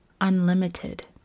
unlimited